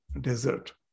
desert